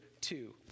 two